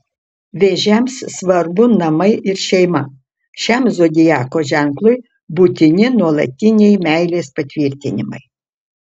vėžiams svarbu namai ir šeima šiam zodiako ženklui būtini nuolatiniai meilės patvirtinimai